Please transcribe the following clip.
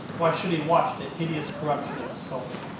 why should he watch the hideous corruption of his soul?